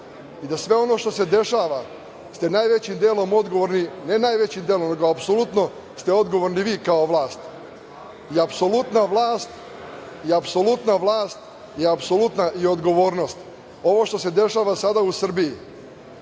i da sve ono što se dešava ste najvećim delom odgovorni, ne najvećim delom, nego apsolutno ste odgovorni vi kao vlast i apsolutna vlast i apsolutna vlast i apsolutna odgovornost. Ovo što se dešava sada u Srbiji